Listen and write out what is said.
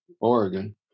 oregon